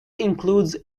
includes